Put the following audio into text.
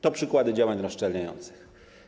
To przykłady działań rozszczelniających.